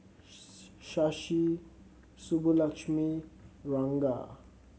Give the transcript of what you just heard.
Shashi Subbulakshmi Ranga